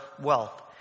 wealth